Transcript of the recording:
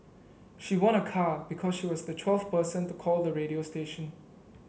she won a car because she was the twelfth person to call the radio station